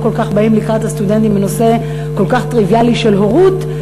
לא כל כך באים לקראת הסטודנטים בנושא כל כך טריוויאלי של הורות,